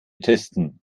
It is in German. testen